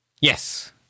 Yes